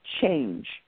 change